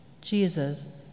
Jesus